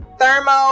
Thermo